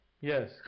Yes